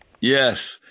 Yes